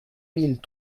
mille